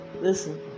listen